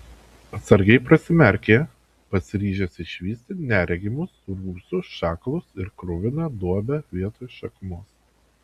atsargiai prasimerkė pasiryžęs išvysti neregimus rūsių šakalus ir kruviną duobę vietoj šakumos